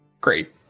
Great